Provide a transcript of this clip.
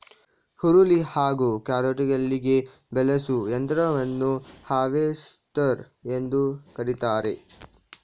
ಹುರುಳಿ ಹಾಗೂ ಕ್ಯಾರೆಟ್ಕುಯ್ಲಿಗೆ ಬಳಸೋ ಯಂತ್ರವನ್ನು ಹಾರ್ವೆಸ್ಟರ್ ಎಂದು ಕರಿತಾರೆ